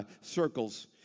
circles